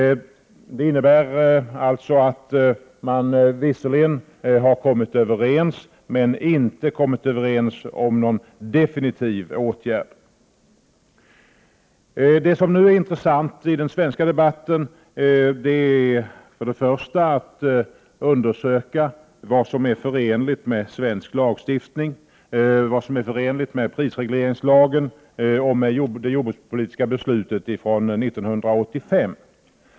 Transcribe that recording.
Det innebär att man visserligen har kommit överens. Men man har inte kommit överens om någon definitiv åtgärd. Det som nu är intressant i den svenska debatten är först och främst att undersöka vad som är förenligt med svensk lagstiftning, vad som är förenligt med prisregleringslagen och vad som är förenligt med det jordbrukspolitiska beslutet från 1985.